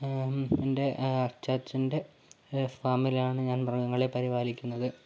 എൻ്റെ അച്ഛാച്ചൻ്റെ ഫാമിലാണ് ഞാൻ മൃഗങ്ങളെ പരിപാലിക്കുന്നത്